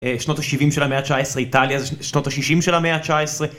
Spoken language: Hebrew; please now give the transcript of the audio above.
שנות ה-70 של המאה ה-19, איטליה שנות ה-60 של המאה ה-19.